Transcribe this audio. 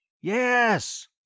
Yes